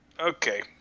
Okay